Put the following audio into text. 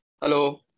hello